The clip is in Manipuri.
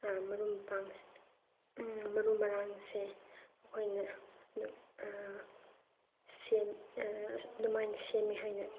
ꯃꯔꯨꯞ ꯃꯄꯥꯡꯁꯤꯡ ꯃꯔꯨ ꯃꯔꯥꯡꯁꯦ ꯑꯩꯈꯣꯏꯅ ꯁꯦꯝ ꯑꯗꯨꯃꯥꯏꯅ ꯁꯦꯝꯃꯦ ꯍꯥꯏꯅ